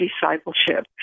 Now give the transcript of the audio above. discipleship